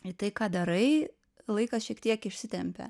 į tai ką darai laikas šiek tiek išsitempia